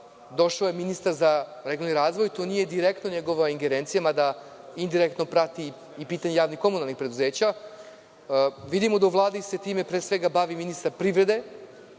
došao je ministar za regionalni razvoj. To nije direktno njegova ingerencija, mada indirektno prati i pitanje javnih komunalnih preduzeća. Vidimo da se time u Vladi pre svega bavi ministar privrede,